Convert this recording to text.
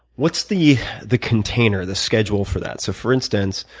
what's the the container, the schedule for that? so for instance,